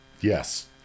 yes